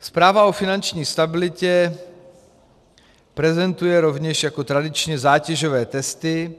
Zpráva o finanční stabilitě prezentuje rovněž jako tradičně zátěžové testy.